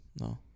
No